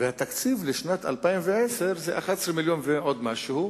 והתקציב לשנת 2010 הוא 11 מיליון ועוד משהו.